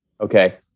Okay